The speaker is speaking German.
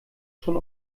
schon